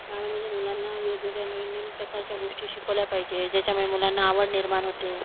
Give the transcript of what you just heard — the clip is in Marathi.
शाळेमध्ये मुलांना वेगवेगळ्या नवीन नवीन प्रकारच्या गोष्टी शिकवल्या पाहिजे ज्याच्यामुळे मुलांना आवड निर्माण होते